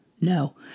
No